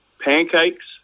pancakes